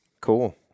Cool